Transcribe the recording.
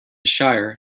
shire